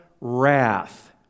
wrath